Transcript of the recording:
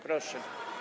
Proszę.